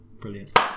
Brilliant